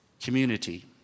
Community